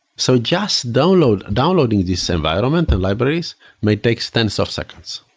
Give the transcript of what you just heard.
so just downloading downloading this environment and libraries may take tens of seconds.